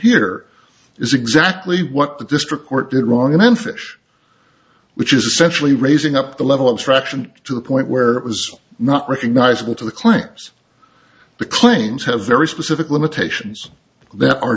here is exactly what the district court did wrong in memphis which is essentially raising up the level of traction to a point where it was not recognizable to the client the claims have very specific limitations